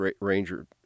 Ranger